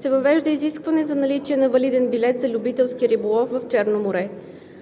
се въвежда изискване за наличие на валиден билет за любителски риболов в Черно море.